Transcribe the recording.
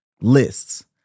Lists